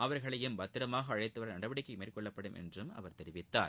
அவர்களையும் பத்திரமாக அழைத்து வர நடவடிக்கை மேற்கொள்ளப்படும் என்றும் அவர் தெரிவித்தார்